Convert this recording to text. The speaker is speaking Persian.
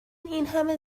اینهمه